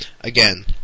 again